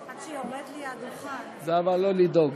חברת הכנסת זהבה גלאון.